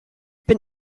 bin